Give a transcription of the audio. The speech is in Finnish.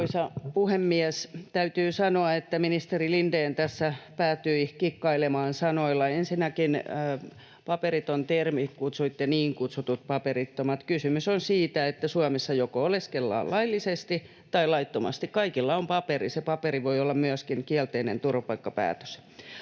Arvoisa puhemies! Täytyy sanoa, että ministeri Lindén tässä päätyi kikkailemaan sanoilla. Ensinnäkin paperiton-termi: Sanoitte ”niin kutsutut paperittomat”. Kysymys on siitä, että Suomessa joko oleskellaan laillisesti tai laittomasti. Kaikilla on paperi, se paperi voi olla myöskin kielteinen turvapaikkapäätös.